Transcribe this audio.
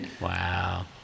Wow